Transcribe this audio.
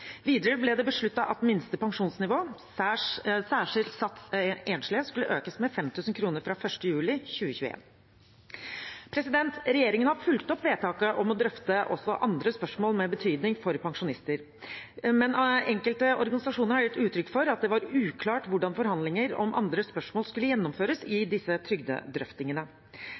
Videre ble det besluttet at minste pensjonsnivå, særskilt sats enslige, skulle økes med 5 000 kr fra 1. juli 2021. Regjeringen har fulgt opp vedtaket om å drøfte også andre spørsmål med betydning for pensjonister, men enkelte organisasjoner har gitt uttrykk for at det var uklart hvordan forhandlinger om andre spørsmål skulle gjennomføres i disse trygdedrøftingene.